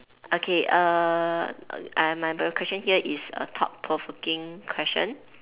okay uh I my question here is a thought provoking question